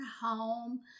home